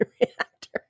reactor